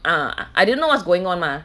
ah didn't know what's going on mah